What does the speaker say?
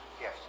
Yes